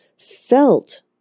felt